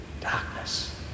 Darkness